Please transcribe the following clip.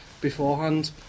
beforehand